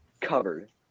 covered